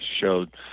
showed